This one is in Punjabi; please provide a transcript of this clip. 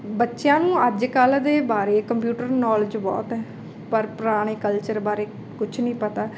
ਬੱਚਿਆਂ ਨੂੰ ਅੱਜ ਕੱਲ੍ਹ ਦੇ ਬਾਰੇ ਕੰਪਿਊਟਰ ਨੌਲੇਜ ਬਹੁਤ ਹੈ ਪਰ ਪੁਰਾਣੇ ਕਲਚਰ ਬਾਰੇ ਕੁਝ ਨਹੀਂ ਪਤਾ